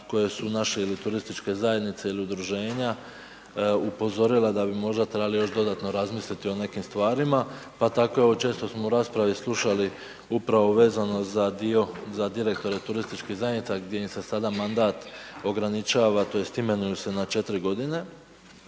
koje su naše ili turističke zajednice ili udruženja upozorile da bi možda trebali još dodatno razmisliti o nekim stvarima pa tako evo često smo u raspravi slušali upravo vezano za dio za direktore turističkih zajednica gdje im se sada mandat ograničava tj. imenuju se na 4 g.